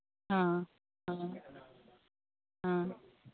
ꯑꯥ ꯑꯥ ꯑꯥ